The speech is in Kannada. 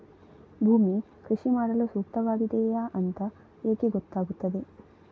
ಭೂಮಿ ಕೃಷಿ ಮಾಡಲು ಸೂಕ್ತವಾಗಿದೆಯಾ ಅಂತ ಹೇಗೆ ಗೊತ್ತಾಗುತ್ತದೆ?